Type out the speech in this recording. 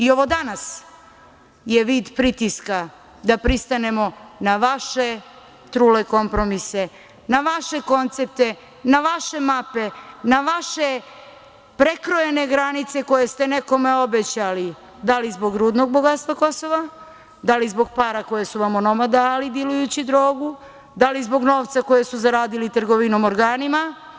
Ovo danas je vid pritiska da pristanemo na vaše trule kompromise, na vaše koncepte, na vaše mape, na vaše prekrojene granice koje ste nekome obećali, da li zbog rudnog bogatstva Kosova, da li zbog para koje su vam onomad dali dilujući drogu, da li zbog novca kojeg su zaradili trgovinom organima.